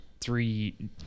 three